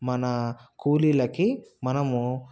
మన కూలీలకి మనము